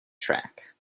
track